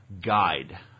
guide